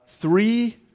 Three